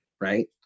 right